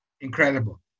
Incredible